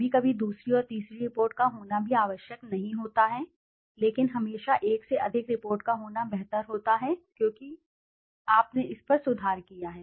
कभी कभी दूसरी और तीसरी रिपोर्ट का होना भी आवश्यक नहीं होता है लेकिन हमेशा एक से अधिक रिपोर्ट का होना बेहतर होता है क्योंकि यह हमेशा होता है कि आपने इस पर सुधार किया है